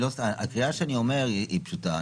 הקריאה שאני אומר היא פשוטה.